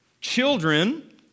Children